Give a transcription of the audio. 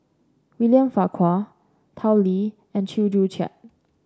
William Farquhar Tao Li and Chew Joo Chiat